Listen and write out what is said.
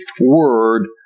word